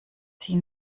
sie